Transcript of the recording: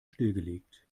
stillgelegt